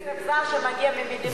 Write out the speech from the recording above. זה כסף זר שמגיע ממדינות ערב.